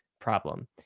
problem